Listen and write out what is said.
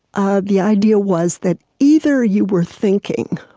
ah the idea was that either you were thinking,